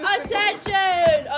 Attention